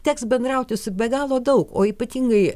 teks bendrautis be galo daug o ypatingai